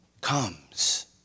comes